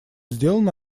сделано